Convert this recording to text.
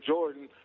Jordan